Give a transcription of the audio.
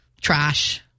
Trash